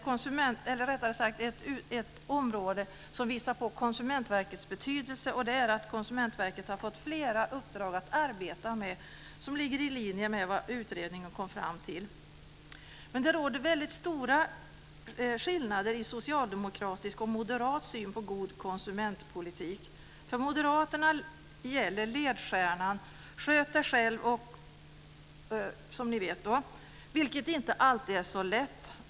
Konsumentverket har också fått flera uppdrag att arbeta med som ligger i linje med vad utredningen kom fram till. Det visar på Konsumentverkets betydelse. Det råder väldigt stora skillnader mellan socialdemokratisk och moderat syn på god konsumentpolitik. För moderaterna gäller ledstjärnan "sköt dig själv och ."- ni vet vad jag menar. Det är inte alltid så lätt.